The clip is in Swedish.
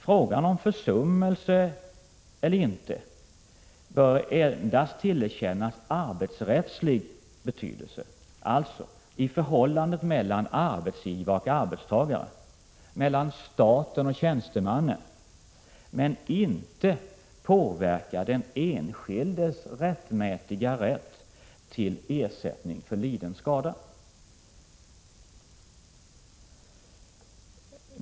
Frågan om försummelse eller ej bör endast tillerkännas arbetsrättslig betydelse i förhållandet mellan arbetstagare och arbetsgivare, mellan staten och tjänstemannen, men inte påverka den enskildes rättmätiga rätt till ersättning för liden skada.